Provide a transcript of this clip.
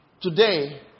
today